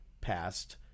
past